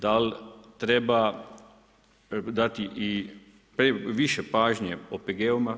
Da li treba dati i više pažnje OPG-ovima?